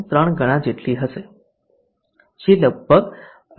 3 ગણા જેટલી હશે જે લગભગ 11